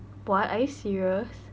what are you serious